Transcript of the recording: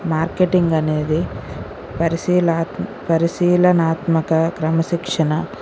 marketing అనేది పరిశీల పరిశీలనాత్మక క్రమశిక్షణ